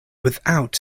without